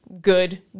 Good